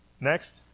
next